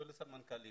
לא סמנכ"לים.